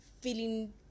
feeling